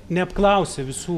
neapklausė visų